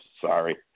sorry